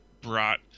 brought